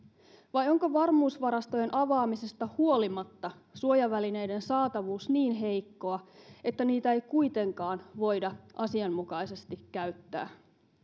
vai onko varmuusvarastojen avaamisesta huolimatta suojavälineiden saatavuus niin heikkoa että niitä ei kuitenkaan voida asianmukaisesti käyttää